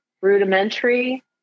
rudimentary